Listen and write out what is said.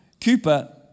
Cooper